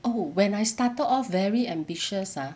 oh when I started off very ambitious ah